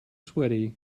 sweaty